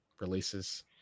releases